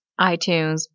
iTunes